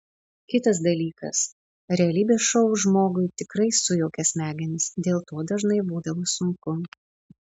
kitas dalykas realybės šou žmogui tikrai sujaukia smegenis dėl to dažnai būdavo sunku